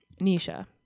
Nisha